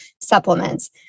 supplements